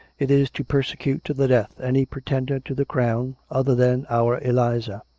it is to persecute to the death any pretender to the crown other than our eliza.